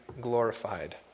glorified